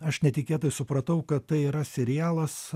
aš netikėtai supratau kad tai yra serialas